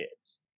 kids